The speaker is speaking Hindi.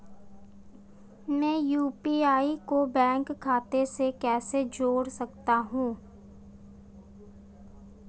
मैं यू.पी.आई को बैंक खाते से कैसे जोड़ सकता हूँ?